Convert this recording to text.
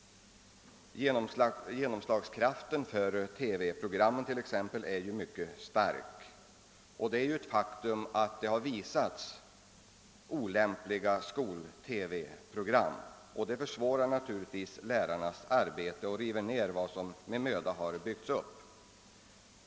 TV-programmens genomslagskraft är mycket stark. Det är ett faktum att det har i TV visats olämpliga skolprogram. Det försvårar naturligtvis lärarnas arbete och river ned vad som med möda byggts upp.